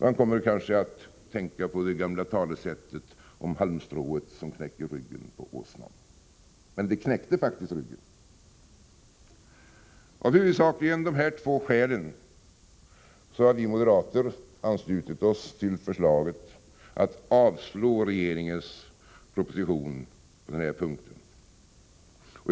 Man kommer att tänka på det gamla talesättet om halmstråt som knäcker ryggen på åsnan. Men det knäckte faktiskt ryggen. Av huvudsakligen dessa två skäl har vi moderater anslutit oss till förslaget att avslå regeringens proposition på denna punkt.